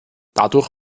dadurch